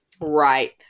right